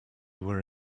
were